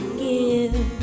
give